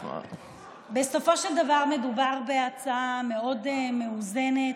בסופו של דבר מדובר בהצעה מאוד מאוזנת.